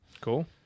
Cool